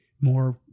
more